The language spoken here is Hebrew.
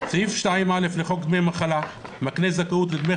סעיף 2(א) לחוק דמי מחלה מקנה זכאות לדמי